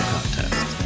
Contest